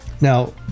Now